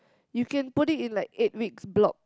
you can put it in like eight weeks block